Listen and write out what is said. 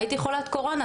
הייתי חולת קורונה,